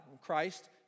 Christ